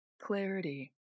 clarity